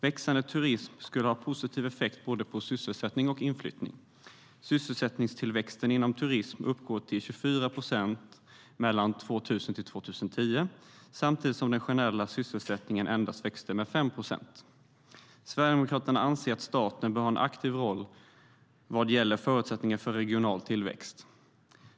Växande turism skulle ha en positiv effekt på både sysselsättning och inflyttning. Sysselsättningstillväxten inom turism uppgick till 24 procent mellan 2000 och 2010, samtidigt som den generella sysselsättningen växte med endast 5 procent. Sverigedemokraterna anser att staten bör ha en aktiv roll vad gäller förutsättningar för regional tillväxt.